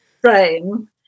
frame